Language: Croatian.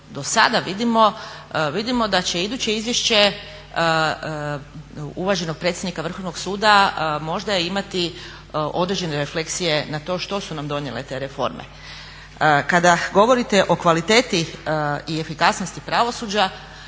dosada vidimo je da će iduće izvješće uvaženog predsjednika Vrhovnog suda možda imati određene refleksije na to što su nam donijele te reforme. Kada govorite o kvaliteti i efikasnosti pravosuđa